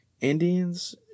indians